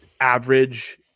average